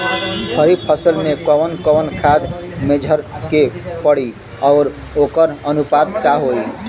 खरीफ फसल में कवन कवन खाद्य मेझर के पड़ी अउर वोकर अनुपात का होई?